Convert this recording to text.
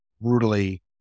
brutally